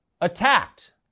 attacked